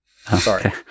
Sorry